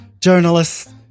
journalists